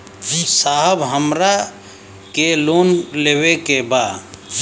साहब हमरा के लोन लेवे के बा